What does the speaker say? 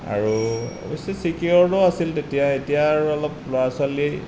আৰু অৱশ্যে ছিকিউৰো আছিল তেতিয়া এতিয়া আৰু অলপ ল'ৰা ছোৱালী